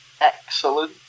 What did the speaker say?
Excellent